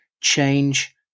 change